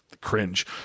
cringe